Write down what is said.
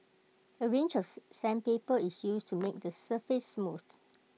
A range of sandpaper is used to make the surface smooth